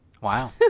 wow